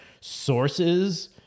sources